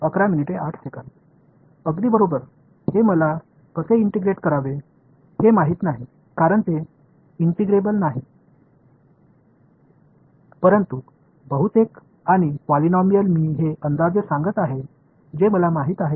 மாணவர் மிகவும் சரி இதை எவ்வாறு ஒருங்கிணைப்பது என்று எனக்குத் தெரியவில்லை ஏனெனில் இது ஒருங்கிணைக்கப்படாதது ஆனால் நான் அதை ஒரு பாலினாமியல் மற்றும் பாலினாமியல்களால் தோராயமாக மதிப்பிடுகிறேன்